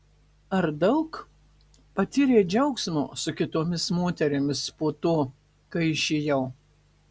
ar daug patyrei džiaugsmo su kitomis moterimis po to kai išėjau